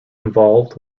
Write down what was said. involved